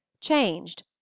CHANGED